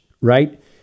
right